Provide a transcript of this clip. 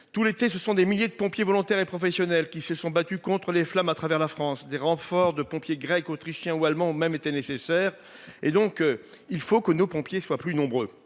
Tout l'été, des milliers de pompiers volontaires et professionnels se sont battus contre les flammes à travers la France. Des renforts de pompiers grecs, autrichiens ou allemands ont même été nécessaires. Il faut donc que nos pompiers soient plus nombreux